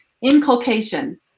inculcation